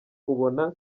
ubona